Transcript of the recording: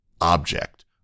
object